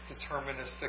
deterministic